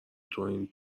توهین